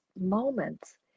moments